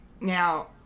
Now